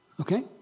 Okay